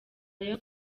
rayon